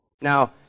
Now